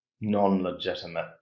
non-legitimate